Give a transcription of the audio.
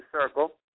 circle